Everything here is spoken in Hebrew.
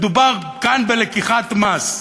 מדובר כאן בלקיחת מס.